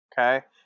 Okay